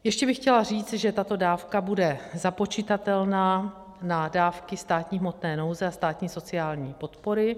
Ještě bych chtěla říct, že tato dávka bude započitatelná na dávky státní hmotné nouze a státní sociální podpory.